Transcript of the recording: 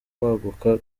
kwaguka